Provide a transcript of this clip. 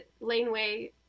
laneway